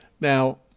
Now